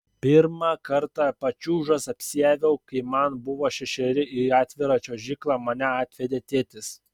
pirmą kartą pačiūžas apsiaviau kai man buvo šešeri į atvirą čiuožyklą mane atvedė tėtis